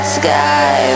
sky